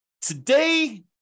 Today